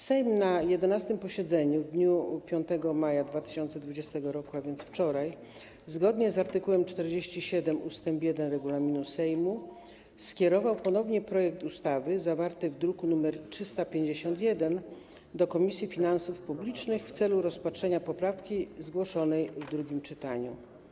Sejm na 11. posiedzeniu w dniu 5 maja 2020 r., a więc wczoraj, zgodnie z art. 47 ust. 1 regulaminu Sejmu, skierował ponownie projekt ustawy zawarty w druku nr 351 do Komisji Finansów Publicznych w celu rozpatrzenia poprawki zgłoszonej w drugim czytaniu.